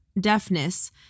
deafness